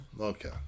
Okay